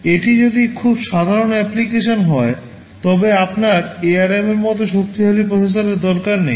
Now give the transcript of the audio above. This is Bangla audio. এটি যদি খুব সাধারণ অ্যাপ্লিকেশন হয় তবে আপনার ARM এর মতো শক্তিশালী প্রসেসরের দরকার নেই